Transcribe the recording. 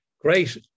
Great